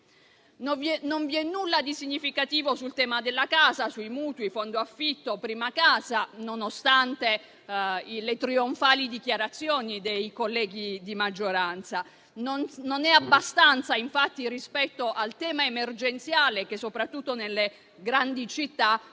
Non vi è nulla di significativo sul tema della casa, sui mutui, sul fondo affitto e prima casa, nonostante le trionfali dichiarazioni dei colleghi di maggioranza. Non è abbastanza, infatti, rispetto al tema emergenziale che, soprattutto nelle grandi città,